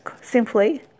simply